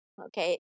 okay